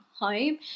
home